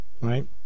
right